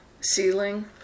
ceiling